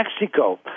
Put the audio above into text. Mexico